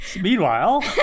Meanwhile